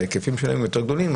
ההיקפים שלהם יותר גדולים.